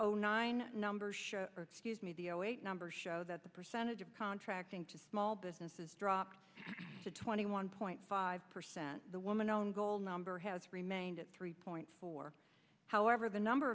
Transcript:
own nine numbers show me the numbers show that the percentage of contracting to small businesses dropped to twenty one point five percent the woman own goal number has remained at three point four however the number